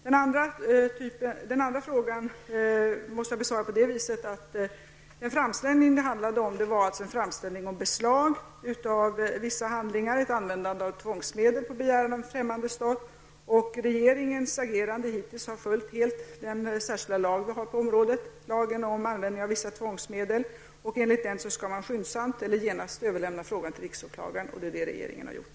Den andra frågan måste jag besvara på följande vis: Den framställning som det handlar om var en framställning om beslag av vissa handlingar, dvs. ett användande av tvångsmedel på begäran av en främmande stat. Regeringens agerande hittills har helt följt den särskilda lag vi har på området, lagen om användning av vissa tvångsmedel. Enligt den skall man genast överlämna frågan till riksåklagaren, och det är vad regeringen har gjort.